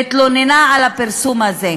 והתלוננה על הפרסום הזה.